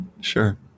Sure